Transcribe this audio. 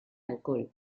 alcohol